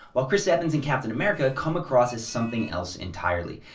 while chris evans in captain america come across as something else entirely.